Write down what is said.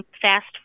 fast